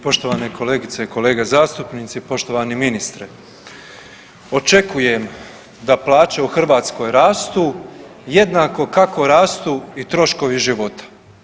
Poštovane kolegice i kolege zastupnici, poštovani ministre, očekujem da plaće u Hrvatskoj rastu jednako kako rastu i troškovi života.